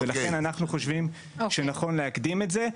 לכן, אנחנו חושבים שנכון להקדים את זה.